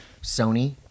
Sony